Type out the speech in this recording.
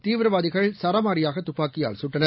தீவிரவாதிகள் சரமாரியாகதுப்பாக்கியால் சுட்டனர்